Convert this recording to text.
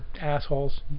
assholes